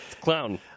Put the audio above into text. clown